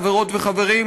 חברות וחברים,